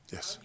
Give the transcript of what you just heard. Yes